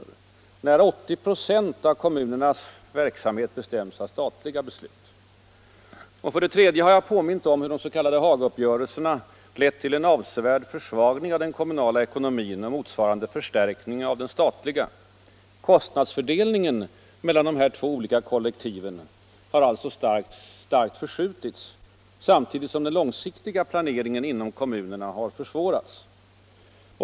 Nära 80 26 av kommunernas verksamhet bestäms av statliga beslut. För det tredje har jag påmint om hur de s.k. Hagauppgörelserna lett till en avsevärd försvagning av den kommunala ekonomin och motsvarande förstärkning av den statliga. Kostnadsfördelningen mellan dessa två kollektiv har alltså starkt förskjutits samtidigt som den långsiktiga planeringen inom kommunerna har försvårats.